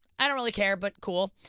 i don't really care, but cool.